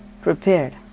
prepared